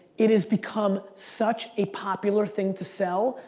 it has become such a popular thing to sell.